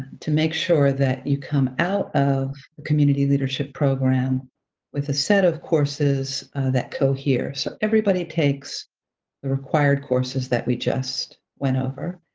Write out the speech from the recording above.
to make sure that you come out of community leadership program with a set of course that cohere, so everybody takes the required courses that we just went over.